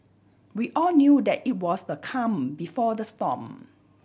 we all knew that it was the calm before the storm